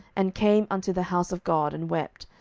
and came unto the house of god, and wept,